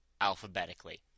alphabetically